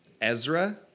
Ezra